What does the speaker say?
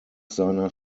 seiner